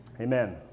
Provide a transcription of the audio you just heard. Amen